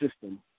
system